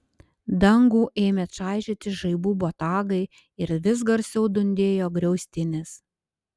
dangų ėmė čaižyti žaibų botagai ir vis garsiau dundėjo griaustinis